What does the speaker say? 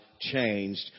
changed